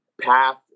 path